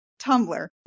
Tumblr